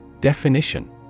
Definition